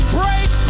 break